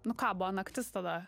nu ką buvo naktis tada